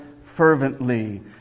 fervently